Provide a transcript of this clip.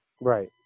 Right